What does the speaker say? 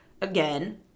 again